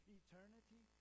eternity